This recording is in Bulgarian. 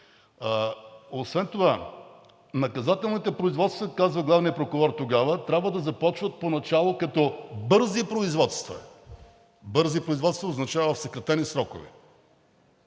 Освен това – наказателните производства, казва главният прокурор тогава, трябва да започват поначало като бързи производства. Бързи производства означава в съкратени срокове.